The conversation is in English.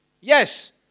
Yes